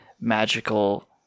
magical